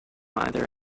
either